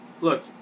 Look